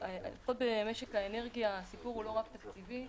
לפחות במשק האנרגיה הסיפור הוא לא רק תקציבי.